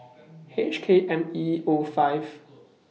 H K M E O five